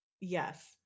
Yes